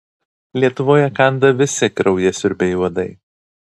lietuvoje kanda visi kraujasiurbiai uodai